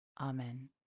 Amen